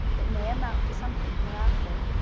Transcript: it may amount to something hereafter.